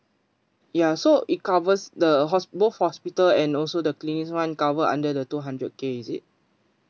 ya so it covers the hosp~ both hospital and also the clinics one cover under the two hundred K is it